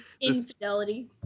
Infidelity